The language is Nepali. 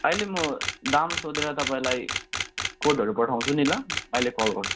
अहिले म दाम सोधेर तपाईँलाई कोडहरू पठाउँछु नि अहिले कल गर्छु